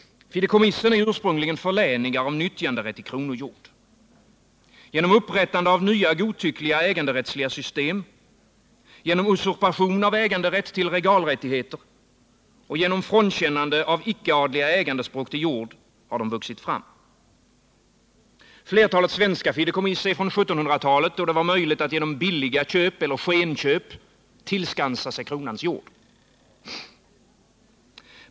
Fideikommissen är ursprungligen förläningar av nyttjanderätt till kronojord. Genom upprättande av nya godtyckliga äganderättsliga system, genom usurpation av äganderätt till regalrättigheter och genom frånkännande av icke-adliga ägandeanspråk till jord har de vuxit fram. Flertalet svenska fideikomiss är från 1700-talet, då det var möjligt att genom billiga köp eller skenköp tillskansa sig kronans jord.